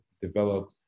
develop